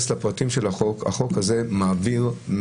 להתייחס כי אני דוגל בזה.